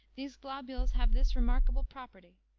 these globules have this remarkable property,